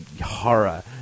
horror